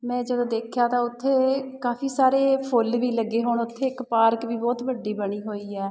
ਮੈਂ ਜਦੋਂ ਦੇਖਿਆ ਤਾਂ ਉੱਥੇ ਕਾਫੀ ਸਾਰੇ ਫੁੱਲ ਵੀ ਲੱਗੇ ਹੋਣ ਉੱਥੇ ਇੱਕ ਪਾਰਕ ਵੀ ਬਹੁਤ ਵੱਡੀ ਬਣੀ ਹੋਈ ਹੈ